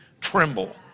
tremble